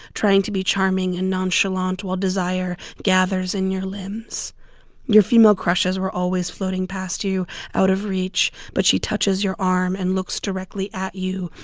trying to be charming and nonchalant while desire gathers in your limbs your female crushes were always floating past you out of reach, but she touches your arm and looks directly at you.